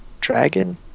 dragon